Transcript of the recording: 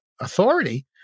authority